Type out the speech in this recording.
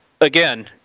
again